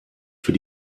für